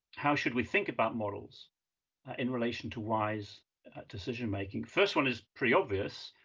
how should we think about models ah in relation to wise decision making? first one is pretty obvious.